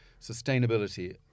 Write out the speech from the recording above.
sustainability